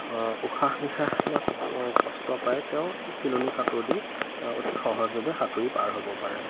উশাহ নিশাহত কষ্ট পায় তেওঁ সেই চিলনী সাঁতোৰ দি অতি সহজভাৱে সাঁতুৰি পাৰ হ'ব পাৰে